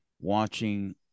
watching